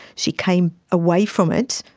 she came away from it,